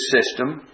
system